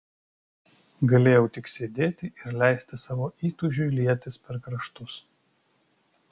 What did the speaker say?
galėjau tik sėdėti ir leisti savo įtūžiui lietis per kraštus